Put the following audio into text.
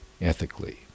ethically